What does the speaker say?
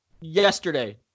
Yesterday